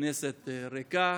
כנסת ריקה,